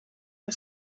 and